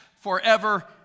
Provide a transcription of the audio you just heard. forever